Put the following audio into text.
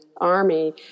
army